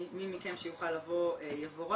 מי מכם שיוכל לבוא יבורך.